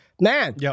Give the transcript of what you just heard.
Man